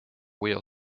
wheel